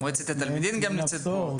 מועצת התלמידים גם נמצאת פה.